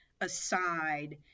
aside